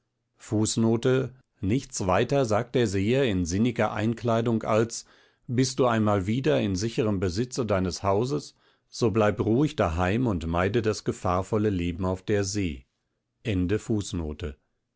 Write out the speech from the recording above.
nichts weiter sagt der seher in sinniger einkleidung als bist du einmal wieder in sicherem besitze deines hauses so bleib ruhig daheim und meide das gefahrvolle leben auf der see